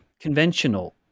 conventional